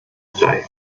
frei